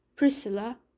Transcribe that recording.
Priscilla